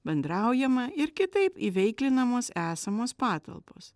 bendraujama ir kitaip įveiklinamos esamos patalpos